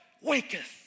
waketh